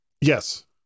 Yes